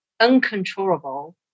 uncontrollable